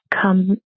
come